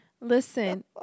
Listen